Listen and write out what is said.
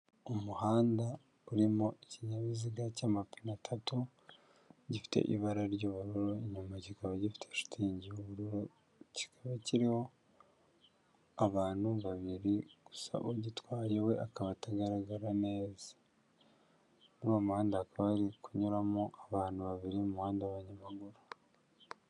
Umuhanda urimo ikinyabiziga cy'amapine atatu gifite ibara ry'ubururu, inyuma kikaba gifite shitingi y'ubururu, kikaba kiriho abantu babiri gusa, ugitwaye we akaba atagaragara neza, muri uwo muhanda hakaba hari kunyuramo abantu babiri mu muhanda w'abanyamaguru.